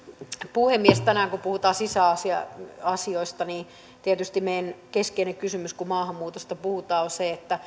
puhemies tänään kun puhutaan sisäasioista niin tietysti meidän keskeinen kysymyksemme kun maahanmuutosta puhutaan on se